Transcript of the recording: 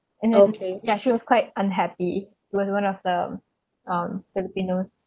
and ya she was quite unhappy was one of the um filipinos